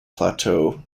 plateau